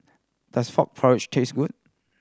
does frog porridge taste good